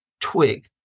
twig